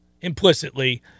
implicitly